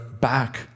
back